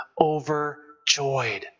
overjoyed